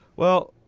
well,